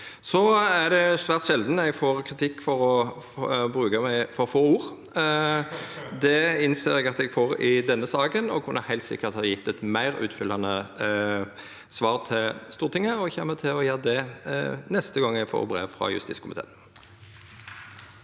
Det er svært sjeldan eg får kritikk for å bruka for få ord. Det innser eg at eg får i denne saka. Eg kunne heilt sikkert ha gjeve eit meir utfyllande svar til Stortinget, og eg kjem til å gjera det neste gong eg får brev frå justiskomiteen.